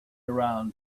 around